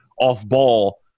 off-ball